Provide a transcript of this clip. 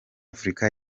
afurika